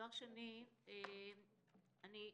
דבר שני, אדוני המנכ"ל,